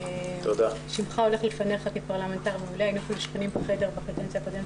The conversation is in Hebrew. שמך הולך לפניך כפרלמנטר מעולה --- בקדנציה הקודמת,